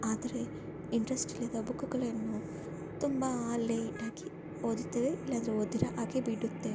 ಆದರೆ ಇಂಟ್ರೆಸ್ಟ್ ಇಲ್ಲದ ಬುಕ್ಗಳನ್ನು ತುಂಬ ಲೇಟಾಗಿ ಓದುತ್ತೇವೆ ಇಲ್ಲಾಂದರೆ ಓದರಿರ ಹಾಗೆ ಬಿಡುತ್ತೆ